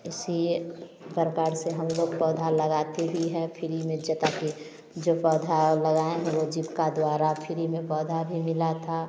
इसी इस प्रकार से हम लोग पौधा लगाते भी है फ्री में जो ताकि जो पौधा लगाएँ हैं वो जीविका द्वारा फ्री में पौधा भी मिला था